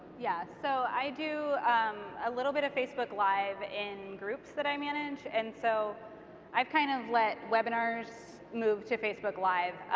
yeah, so i do a little bit of facebook live in groups that i manage, and so i've kind of let webinars move to facebook live,